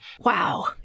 Wow